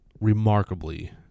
remarkably